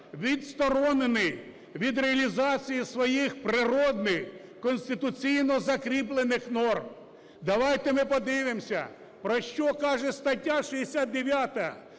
відсторонений від реалізації своїх природних конституційно закріплених норм. Давайте ми подивимося, про що каже стаття 69,